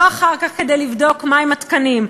לא אחר כך כדי לבדוק מה הם התקנים,